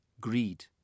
greed